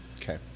Okay